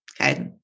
okay